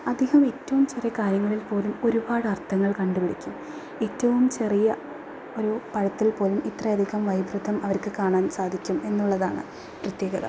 അദ്ദേഹം ഏറ്റവും ചെറിയ കാര്യങ്ങളിൽ പോലും ഒരുപാട് അർത്ഥങ്ങൾ കണ്ട് പിടിക്കും ഏറ്റവും ചെറിയ ഒരു പഴത്തിൽ പോലും ഇത്രയധികം വൈകൃതം അവർക്ക് കാണാൻ സാധിക്കും എന്നുള്ളതാണ് പ്രത്യേകത